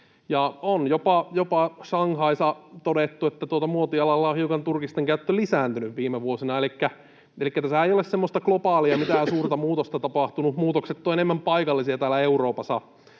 On jopa Shanghaissa todettu, että muotialalla on hiukan turkisten käyttö lisääntynyt viime vuosina. Elikkä tässä ei ole mitään globaalia suurta muutosta tapahtunut, vaan muutokset ovat enemmän paikallisia täällä Euroopassa.